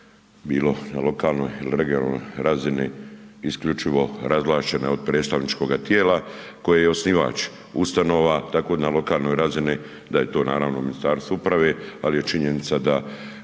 bilo na lokalnoj il regionalnoj razini isključivo razvlačene od predstavničkoga tijela koje je osnivač ustanova, tako na lokalnoj razini da je to naravno Ministarstvo uprave, al je činjenica da